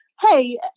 hey